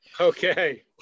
Okay